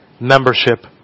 membership